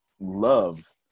love